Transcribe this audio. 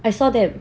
I saw them